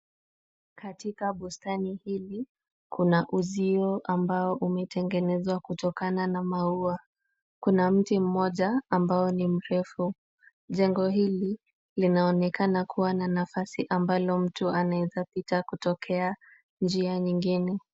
Katika bustani hili, kuna uzio ambao umetengenezwa kutokana na maua. Kuna mti mmoja ambao ni mrefu, jengo hili linaonekana kuwa na nafasi ambalo mtu anaweza pita kutokea njia nyingine.